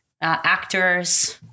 actors